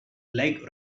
leg